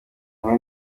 hamwe